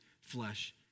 flesh